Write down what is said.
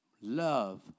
Love